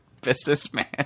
businessman